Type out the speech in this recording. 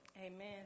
Amen